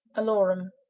alarum.